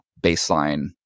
baseline